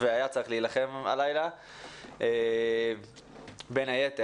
והיה צריך להילחם הלילה בין היתר,